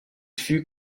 fut